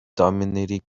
dominating